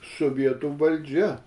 sovietų valdžia